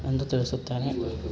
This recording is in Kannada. ಎಂದು ತಿಳಸುತ್ತೇನೆ